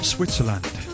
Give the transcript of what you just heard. Switzerland